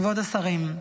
כבוד השרים,